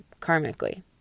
karmically